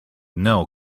know